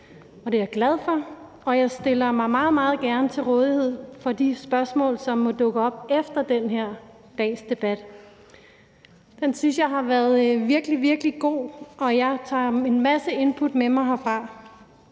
det er jeg glad for, og jeg stiller mig meget, meget gerne til rådighed for de spørgsmål, som måtte dukke op efter den her dags debat. Den synes jeg har været virkelig, virkelig god, og jeg tager en masse input med mig herfra.